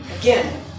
Again